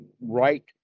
right